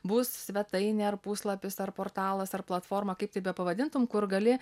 bus svetainė ar puslapis ar portalas ar platformą kaip tai bepavadintum kur gali